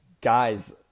guys